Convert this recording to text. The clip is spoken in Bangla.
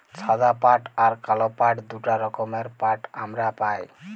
সাদা পাট আর কাল পাট দুটা রকমের পাট হামরা পাই